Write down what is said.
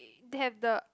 they have the